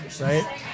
right